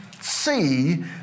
see